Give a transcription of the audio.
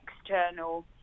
external